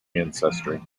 ancestry